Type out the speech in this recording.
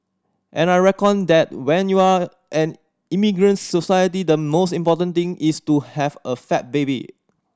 and I reckon that when you are an immigrant society the most important thing is to have a fat baby